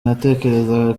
natekerezaga